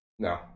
no